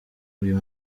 uyu